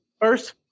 first